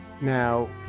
Now